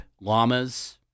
llamas